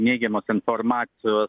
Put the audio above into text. neigiamos informacijos